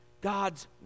God's